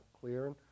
clear